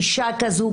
אישה כזו,